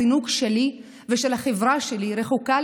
אני כאן כי נקודת הזינוק שלי ושל החברה שלי רחוקה,